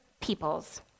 people's